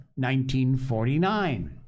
1949